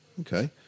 okay